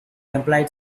employed